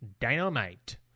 Dynamite